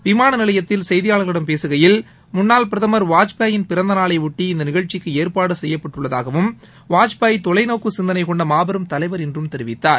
விமான நிலையத்தில் செய்தியாளர்களிடம் பேசுகையில் முன்னாள் பிரதமர் வாஜ்பாயின் பிறந்த நாளையொட்டி இந்த நிகழ்ச்சிக்கு ஏற்பாடு செப்யட்பட்டுள்ளதாகவும் வாஜ்பாய் தொலைநோக்கு சிந்தனை கொண்ட மாபெரும் தலைவர் என்றும் தெரிவித்தார்